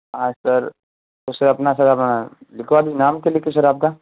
हाँ सर तो सर अपना सर अपना लिखवा दूँ नाम क्या लिखूं सर आपका